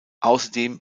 außerdem